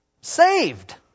saved